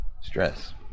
stress